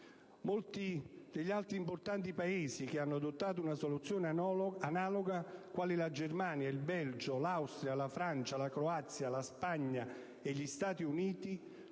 Molti degli altri importanti Paesi che hanno adottato una soluzione analoga, quali la Germania, il Belgio, l'Austria, la Francia, la Croazia, la Spagna e gli Stati Uniti,